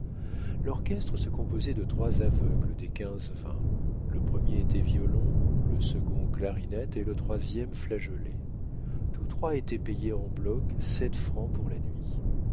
l'orchestre se composait de trois aveugles des quinze-vingts le premier était violon le second clarinette et le troisième flageolet tous trois étaient payés en bloc sept francs pour la nuit